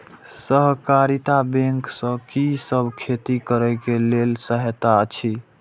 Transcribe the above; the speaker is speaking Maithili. सहकारिता बैंक से कि सब खेती करे के लेल सहायता अछि?